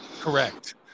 Correct